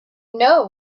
know